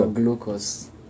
glucose